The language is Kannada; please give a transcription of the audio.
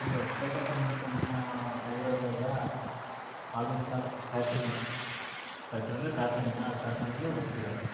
ಇಲ್ಲಿ ಹೊಸ್ಪೇಟೆ ಬಂದ್ಬಿಟ್ಟು ನಮ್ಮ ಊರಲ್ಲೆಲ್ಲ ಆಲ್ಮೊಸ್ಟ್ ಆಲ್ ಫ್ಯಾಕ್ಟ್ರಿನೇ ಫ್ಯಾಕ್ಟ್ರಿ ಅಂದರೆ ಕಾರ್ಖಾನೆ ಆ ಕಾರ್ಖಾನೆಯಲ್ಲಿ ಹೋಗ್ತಿದ್ದಾರೆ